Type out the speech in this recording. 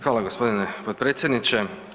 Hvala, g. potpredsjedniče.